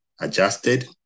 adjusted